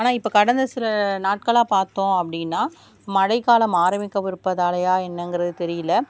ஆனால் இப்போ கடந்த சில நாட்களாக பார்த்தோம் அப்படின்னா மழை காலம் ஆரம்மிக்க இருப்பதாலேயா என்னங்கிறது தெரியல